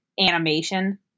animation